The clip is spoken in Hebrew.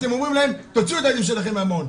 אתם אומרים להם תוציאו את הילדים שלכם מהמעון.